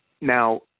Now